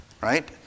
right